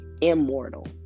immortal